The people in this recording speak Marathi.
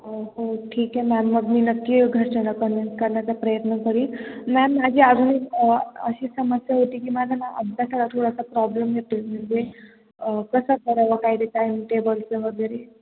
हो हो ठीक आहे मॅम मग मी नक्की घरच्यांना कन्विन्स करण्याचा प्रयत्न करीन मॅम माझी अजून एक अशी समस्या होती की माझं ना अभ्यासाचा थोडासा प्रॉब्लेम येतो म्हणजे कसा करावा काय ते टाईम टेबल्स वगैरे